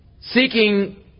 Seeking